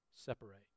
Separate